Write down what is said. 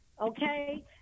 Okay